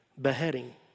Beheading